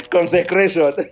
Consecration